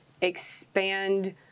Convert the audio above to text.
expand